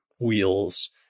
wheels